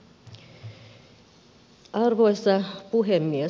arvoisa puhemies